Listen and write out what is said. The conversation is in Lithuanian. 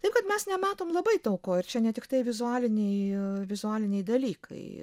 taip kad mes nematom labai daug ko ir čia ne tiktai vizualiniai vizualiniai dalykai